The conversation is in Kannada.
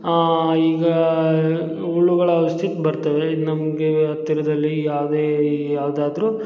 ಆಂ ಈಗ ಹುಳುಗಳ ಔಷ್ದಿಗೆ ಬರ್ತವೆ ಈಗ ನಮಗೆ ಹತ್ತಿರದಲ್ಲಿ ಯಾವುದೇ ಯಾವುದಾದ್ರೂ